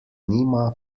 nima